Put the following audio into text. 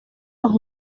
los